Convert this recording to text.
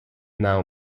now